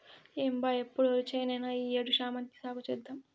ఏం బా ఎప్పుడు ఒరిచేనేనా ఈ ఏడు శామంతి సాగు చేద్దాము